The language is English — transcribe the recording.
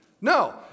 No